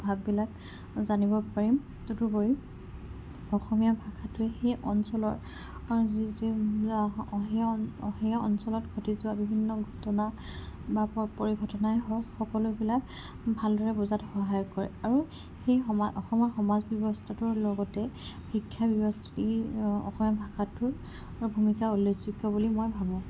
ভাৱবিলাক জানিব পাৰিম তদুপৰি অসমীয়া ভাষাটোৱে সেই অঞ্চলৰ সেই সেই অঞ্চলত ঘটি যোৱা বিভিন্ন ঘটনা বা পৰিঘটনাই হওক সকলোবিলাক ভালদৰে বুজাত সহায় কৰে আৰু সেই অসমৰ সমাজ ব্যৱস্থাটোৰ লগতে শিক্ষা ই অসমীয়া ভাষাটোৰ ভূমিকা উল্লেখযোগ্য বুলি মই ভাবোঁ